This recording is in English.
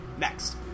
next